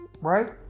right